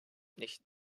nicht